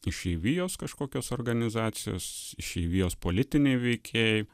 išeivijos kažkokios organizacijos išeivijos politiniai veikėjai